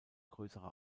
größere